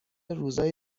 روزای